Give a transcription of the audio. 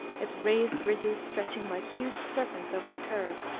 its raised ridges stretching, like huge serpents over the curve,